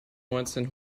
neunzehn